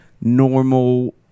normal